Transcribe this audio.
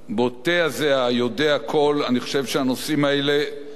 אני חושב שהנושאים האלה ראויים למחשבה קרה,